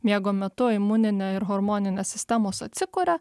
miego metu imuninė ir hormoninė sistemos atsikuria